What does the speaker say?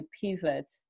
pivot